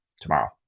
tomorrow